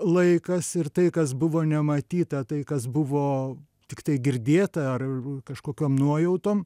laikas ir tai kas buvo nematyta tai kas buvo tiktai girdėta ar kažkokiom nuojautom